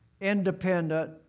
independent